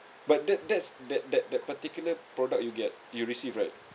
but that that's that that that particular product you get you receive right